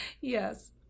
Yes